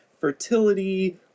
Fertility